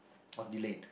was delayed